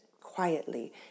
quietly